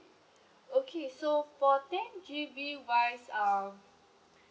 okay so for ten G_B wise um